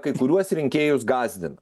kai kuriuos rinkėjus gąsdina